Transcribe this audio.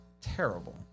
terrible